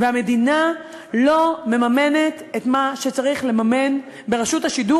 והמדינה לא מממנת את מה שצריך לממן ברשות השידור